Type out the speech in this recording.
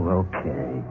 okay